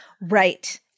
Right